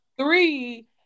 three